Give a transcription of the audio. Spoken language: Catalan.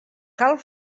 cal